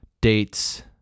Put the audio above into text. dates